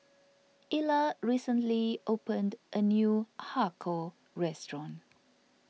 Ila recently opened a new Har Kow Restaurant